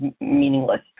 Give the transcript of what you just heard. meaningless